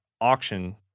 auction